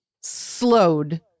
slowed